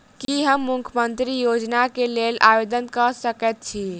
की हम मुख्यमंत्री योजना केँ लेल आवेदन कऽ सकैत छी?